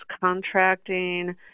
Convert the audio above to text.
contracting